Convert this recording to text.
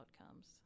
outcomes